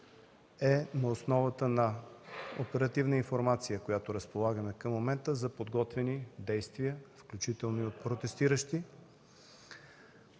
е на основата на оперативна информация, с която разполагаме в момента – за подготвяни действия, включително и от протестиращи,